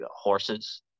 horses